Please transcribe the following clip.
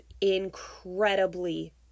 incredibly